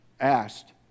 asked